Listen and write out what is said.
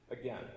Again